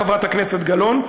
חברת הכנסת גלאון,